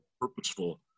Purposeful